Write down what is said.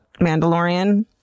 Mandalorian